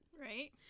right